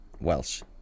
Welsh